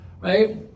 Right